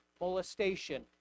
molestation